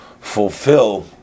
fulfill